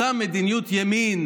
והיא עושה מדיניות ימין.